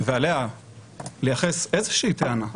ועליה לייחס איזושהי טענה,